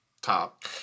top